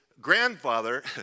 grandfather